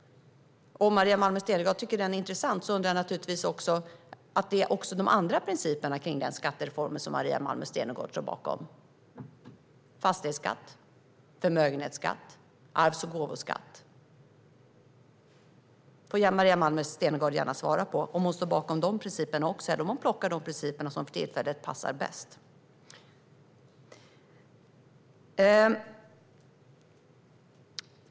Om hon tycker att den är intressant undrar jag naturligtvis om hon står bakom också de andra principerna i den reformen, alltså fastighetsskatt, förmögenhetsskatt och arvs och gåvoskatt. Hon får gärna svara på om hon står bakom de principerna också, eller om hon har plockat de principer som för tillfället passar bäst.